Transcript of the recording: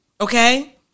Okay